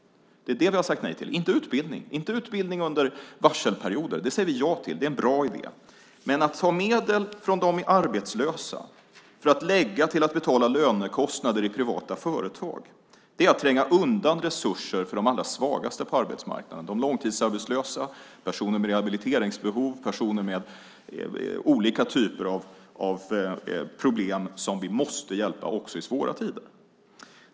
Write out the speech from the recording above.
Det har vi sagt nej till. Vi har inte sagt nej till utbildning under varselperioder. Det säger vi ja till. Det är en bra idé. Men att ta medel från de arbetslösa för att betala lönekostnader i privata företag är att ta resurser från de allra svagaste på arbetsmarknaden, de långtidsarbetslösa, personer med rehabiliteringsbehov och personer med olika typer av problem som vi måste hjälpa också i svåra tider.